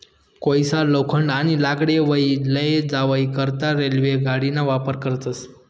कोयसा, लोखंड, आणि लाकडे वाही लै जावाई करता रेल्वे गाडीना वापर करतस